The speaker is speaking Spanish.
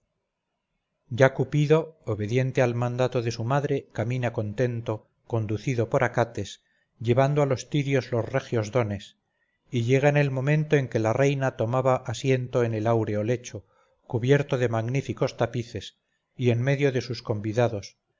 ya cupido obediente al mandato de su madre caminaba contento conducido por acates llevando a los tirios los regios dones y llega en el momento en que la reina tomaba asiento en áureo lecho cubierto de magníficos tapices y en medio de sus convidados